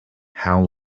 how